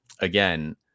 again